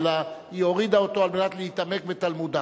אלא היא הורידה אותו על מנת להתעמק בתלמודה.